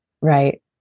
Right